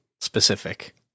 specific